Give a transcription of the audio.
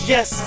Yes